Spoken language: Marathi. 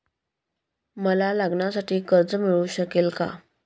मला लग्नासाठी कर्ज मिळू शकेल का?